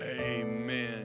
Amen